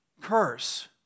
curse